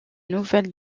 nouvelle